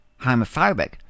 homophobic